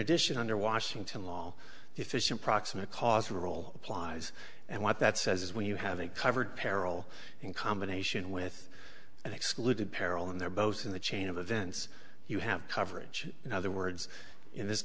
addition under washington law efficient proximate cause of the roll applies and what that says is when you have a covered peril in combination with excluded peril and they're both in the chain of events you have coverage in other words in this